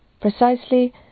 Precisely